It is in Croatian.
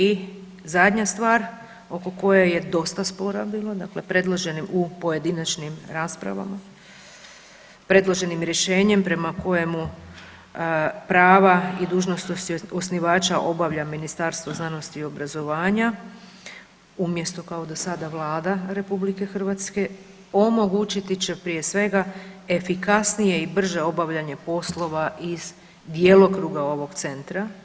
I zadnja stvar oko koje je dosta spora bilo, dakle predloženim u pojedinačnim raspravama, predloženim rješenjem prema kojemu prava i dužnosti osnivača obavlja Ministarstvo znanosti i obrazovanja umjesto kao do sada Vlada RH, omogućiti će prije svega efikasnije i brže obavljanje poslova iz djelokruga ovog centra.